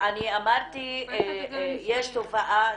אמרתי שיש תופעה.